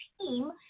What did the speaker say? team